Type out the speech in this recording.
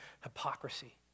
hypocrisy